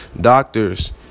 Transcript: Doctors